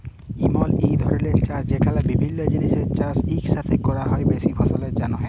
ইমল ইক ধরলের চাষ যেখালে বিভিল্য জিলিসের চাষ ইকসাথে ক্যরা হ্যয় বেশি ফললের জ্যনহে